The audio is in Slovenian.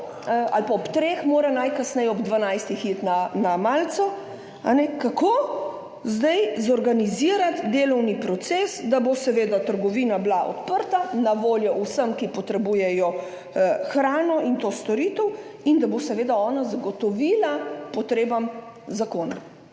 ali pa ob treh domov, mora najkasneje ob dvanajstih iti na malico. Kako zdaj organizirati delovni proces, da bo seveda trgovina odprta, na voljo vsem, ki potrebujejo hrano in to storitev, in da bo seveda ona ugodila potrebam zakona?